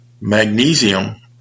Magnesium